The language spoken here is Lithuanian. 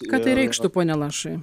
ką tai reikštų pone lašai